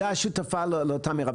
בסדר, הוועדה שותפה לאותה אמירה.